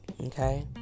Okay